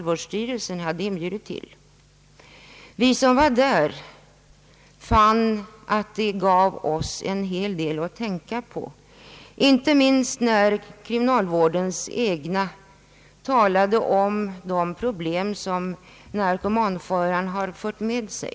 Vi som deltog i denna fann att den gav oss en hel del att tänka på, inte minst när de som arbetar inom kriminalvården talade om de problem som narkotikafaran fört med sig.